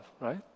right